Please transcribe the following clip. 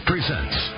Presents